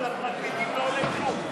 ולפרקליטים זה לא עולה כלום.